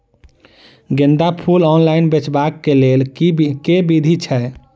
गेंदा फूल ऑनलाइन बेचबाक केँ लेल केँ विधि छैय?